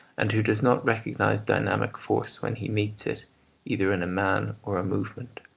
and who does not recognise dynamic force when he meets it either in a man or a movement.